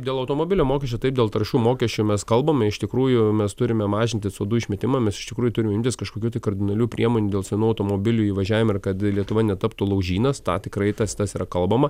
dėl automobilio mokesčio taip dėl taršų mokesčio mes kalbam iš tikrųjų mes turime mažintis o du išmetimą mes iš tikrųjų turim imtis kažkokių tai kardinalių priemonių dėl senų automobilių įvažiavimo ir kad lietuva netaptų laužynas tą tikrai tas tas yra kalbama